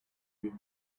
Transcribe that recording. you